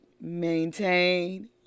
Maintain